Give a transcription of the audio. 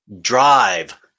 drive